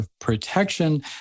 protection